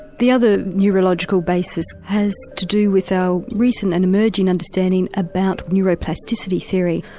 the other neurological basis has to do with our recent and emerging understanding about neuroplasticity theory.